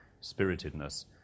spiritedness